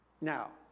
Now